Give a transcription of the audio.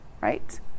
right